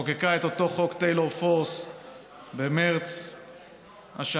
וחוקקה את חוק טיילור פורס במרס השנה,